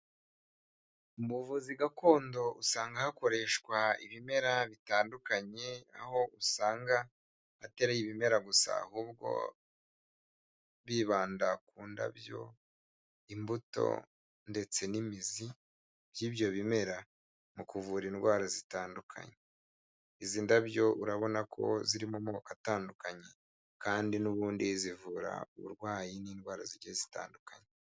Mu buvuzi gakondo usanga hakoreshwa ibimera bitandukanye aho usanga atari ibimera gusa ahubwo bibanda ku ndabyo, imbuto, ndetse n'imizi by'ibyo bimera mu kuvura indwara zitandukanye izi ndabyo urabona ko ziri mu moko atandukanye kandi n'ubundi zivura uburwayi n'indwara zigiye zitandukanye.